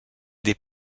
des